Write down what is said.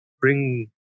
bring